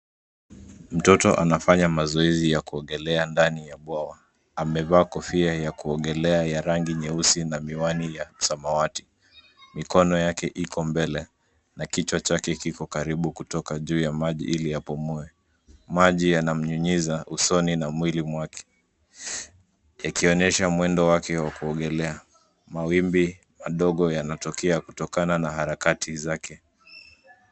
Mtoto anafanya mazoezi ya kuogelea ndani ya bwawa, amevaa kofia ya kuogelea ya rangi nyeusi na miwani ya samawati. Mikono wake uko mbele na kichwa chake kiko karibu kutoka juu ya maji ili apumue. Maji yanamnyunyiza usoni na mwilini mwake, yakionyesha mwendo wake wa kuogelea. Mawimbi madogo yanatokea kutokana na harakati zake.